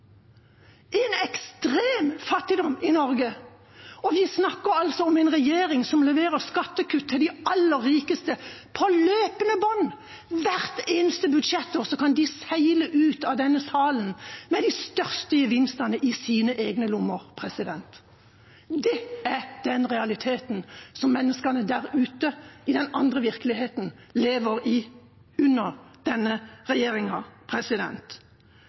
ekstrem fattigdom – i Norge! Og vi snakker altså om en regjering som leverer skattekutt til de aller rikeste på løpende bånd. Hvert eneste budsjettår kan de seile ut av denne salen med de største gevinstene i egne lommer. Det er den realiteten som menneskene der ute i den andre virkeligheten lever i under denne regjeringa.